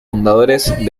fundadores